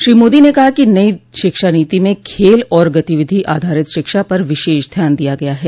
श्री मोदी ने कहा कि नई शिक्षा नीति में खेल और गतिविधि आधारित शिक्षा पर विशेष ध्यान दिया गया है